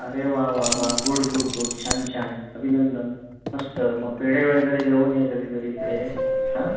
अरे वा वा वा गूड गुड गूड छान छान अभिनंदन मस्त मग पेढे वगैरे घेऊन ये कधीतरी इकडे हां